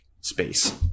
space